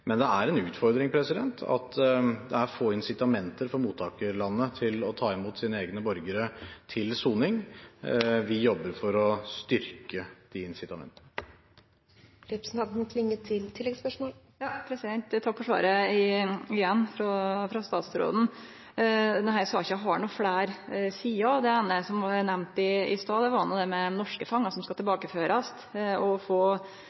Men det er en utfordring at det er få incitamenter fra mottakerlandene til å ta imot sine egne borgere til soning. Vi jobber for å styrke de incitamentene. Takk for svaret frå statsråden igjen. Denne saka har fleire sider. Det eine, som eg nemnde i stad, er det med norske fangar som skal tilbakeførast, og å kunne bruke ressursane på dei. Eit anna poeng er at det å få